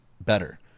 better